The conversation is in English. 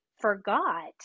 forgot